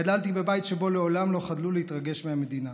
גדלתי בבית שבו לעולם לא חדלו להתרגש מהמדינה,